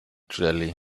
jelly